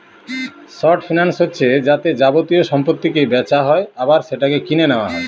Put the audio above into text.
short finance হচ্ছে যাতে যাবতীয় সম্পত্তিকে বেচা হয় আবার সেটাকে কিনে নেওয়া হয়